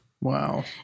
Wow